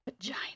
Vagina